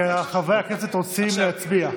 כי חברי הכנסת רוצים להצביע.